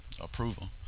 approval